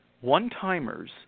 One-timers